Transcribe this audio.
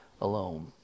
alone